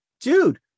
dude